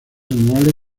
anuales